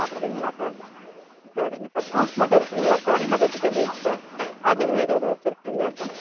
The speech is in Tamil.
அப்படிங்களா சார் சரிங்க சார் ஃபுரூட்ஸ் மட்டும் இருக்குங்களாங் சார் இல்லை வெஜிடபுள்ஸு அதுவும் எதுவும் வச்சுருக்கீங்களா சார்